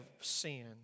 sin